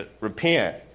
repent